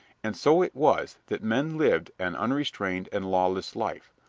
and so it was that men lived an unrestrained and lawless life,